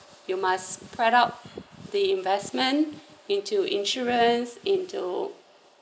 you must spread out the investment into insurance into